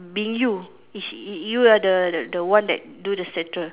being you it's y~ you are the the one that do the statue